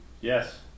Yes